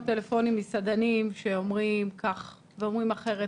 טלפונים ממסעדנים שאומרים כך ואומרים אחרת,